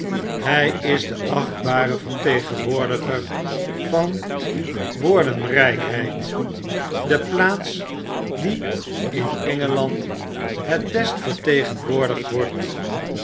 hy is de achtbare vertegenwoordiger van woordenrykheid de plaats die in engeland het best vertegenwoordigd wordt